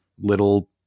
little